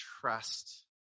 trust